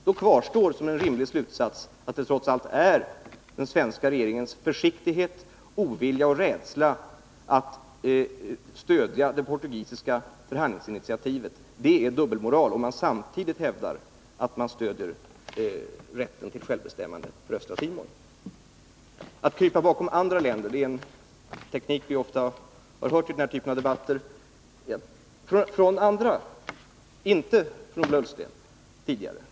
Då kvarstår som en rimlig slutsats att det trots allt handlar om den svenska regeringens försiktighet, ovilja och rädsla att stödja det portugisiska förhandlingsinitiativet. Och det är dubbelmoral, om man samtidigt hävdar att man stödjer rätten till självbestämmande för Östra Timor. Att krypa bakom andra länder är en teknik som ofta förekommit i den här typen av debatter men som Ola Ullsten inte tidigare använt sig av.